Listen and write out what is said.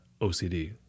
OCD